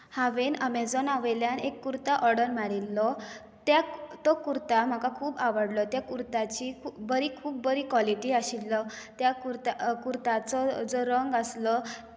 हांवें अमॅजोना वयल्यान एक कुर्ता ऑर्डर मारिल्लो तो कुर्ता म्हाका खूब आवडलो त्या कुर्ताची बरी खूब बरी क्वालिटी आशिल्लो त्या कुर्ताचो कुर्ताचो जो रंग आसलो